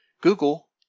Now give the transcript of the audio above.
google